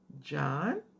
John